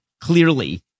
clearly